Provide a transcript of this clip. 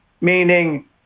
meaning